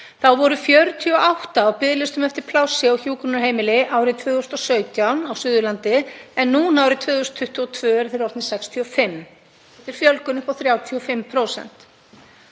voru 48 á biðlista eftir plássi á hjúkrunarheimili árið 2017 á Suðurlandi en núna árið 2022 eru þeir orðnir 65. Það er fjölgun upp á 35%.